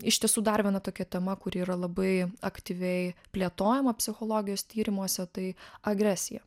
iš tiesų dar viena tokia tema kuri yra labai aktyviai plėtojama psichologijos tyrimuose tai agresija